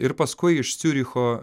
ir paskui iš ciuricho